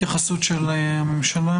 התייחסות של הממשלה.